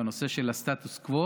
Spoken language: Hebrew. בנושא של הסטטוס קוו.